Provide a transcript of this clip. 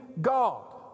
God